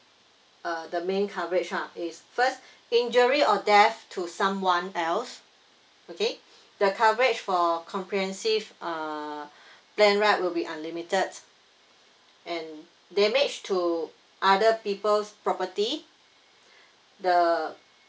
uh the main coverage lah is first injury or death to someone else okay the coverage for comprehensive uh plan right will be unlimited and damage to other people's property the